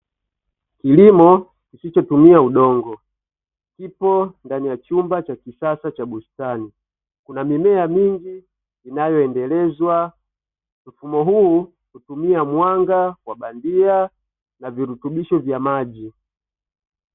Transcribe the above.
Kilimo kisichotumia udongo, kipo ndani ya chumba cha kisasa cha bustani. Kuna mimea mingi inayoendelezwa. Mfumo huu hutumia mwanga wa bandia na virutubisho vya maji.